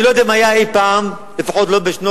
אני לא יודע אם היה אי-פעם, לפחות לא בשנות